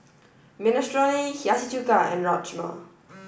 Minestrone Hiyashi Chuka and Rajma